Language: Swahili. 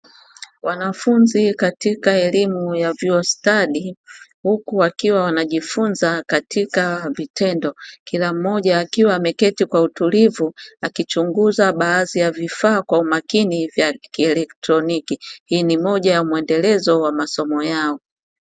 Wanafunzi wa katika elimu ya vyuo stadi, huku wakiwa wanajifunza katika vitendo, kila mmoja akiwa ameketi kwa utulivu akichunguza baadhi ya vifaa kwa umakini vya kielektroniki. Hii ni moja ya mwendelezo wa masomo yao.